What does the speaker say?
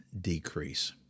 decrease